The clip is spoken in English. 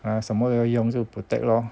啊什么要用就 protect lor